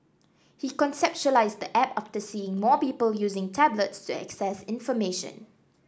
he conceptualised the app after seeing more people using tablets to access information